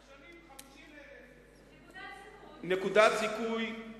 עשר שנים, 50,000. נקודת זיכוי זה 200 שקלים.